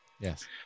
Yes